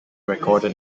recorded